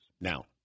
Now